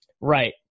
Right